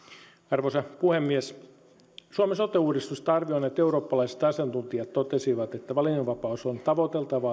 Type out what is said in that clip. arvoisa puhemies suomen sote uudistusta arvioineet eurooppalaiset asiantuntijat totesivat että valinnanvapaus on tavoiteltava